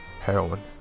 heroin